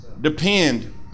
depend